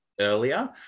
earlier